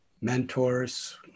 mentors